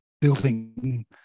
building